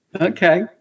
Okay